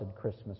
Christmas